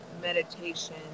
meditation